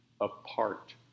apart